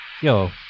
Yo